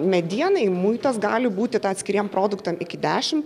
medienai muitas gali būti ta atskiriem produktam iki dešimt